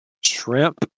Shrimp